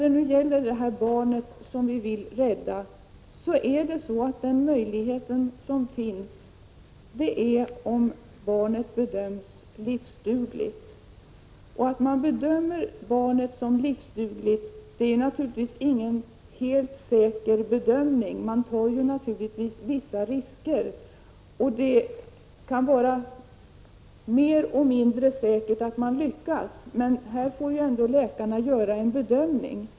När det gäller att rädda barn i den situation som här har beskrivits är det riktigt att så sker, om barnet bedöms vara livsdugligt. Men naturligtvis är det inte fråga om någon helt säker bedömning. Man tar givetvis vissa risker. Det kan alltså vara mer eller mindre säkert att man lyckas. Det är dock läkarna som får göra en bedömning.